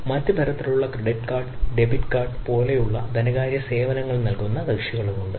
മറ്റ് തരത്തിലുള്ള credit card debit card പോലുള്ള ധനകാര്യ സേവനങ്ങൾ നൽകുന്ന കക്ഷികളുണ്ട്